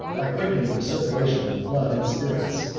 by quickening the circulation of the blood and spirits,